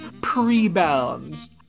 Pre-bounds